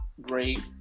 great